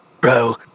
bro